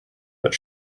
but